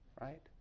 Right